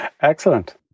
excellent